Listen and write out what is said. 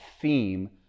theme